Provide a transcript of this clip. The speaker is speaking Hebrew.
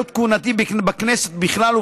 בעת כהונתי בכנסת בכלל,